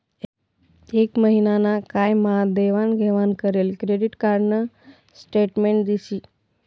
एक महिना ना काय मा देवाण घेवाण करेल क्रेडिट कार्ड न स्टेटमेंट दिशी